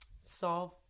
solve